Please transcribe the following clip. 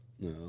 No